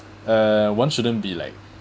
uh one shouldn't be like